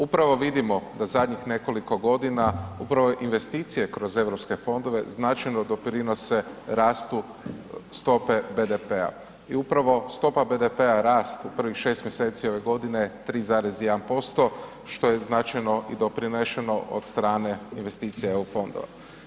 Upravo vidimo da zadnjih nekoliko godina broj investicije kroz Europske fondove značajno doprinose rastu stope BDP-a i upravo stopa BDP-a rast u prvih 6. mjeseci ove godine 3,1%, što je značajno i doprinešeno od strane investicija EU fondova.